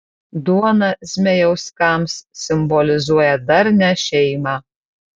duona zmejauskams simbolizuoja darnią šeimą